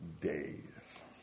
days